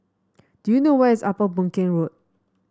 do you know where is Upper Boon Keng Road